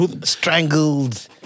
Strangled